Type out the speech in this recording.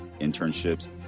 internships